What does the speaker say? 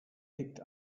picked